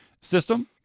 system